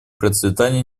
процветания